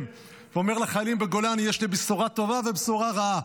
ואומר לחיילים בגולני: יש לי בשורה טובה ובשורה רעה.